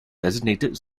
designated